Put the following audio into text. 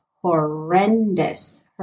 horrendous